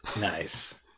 nice